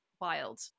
wild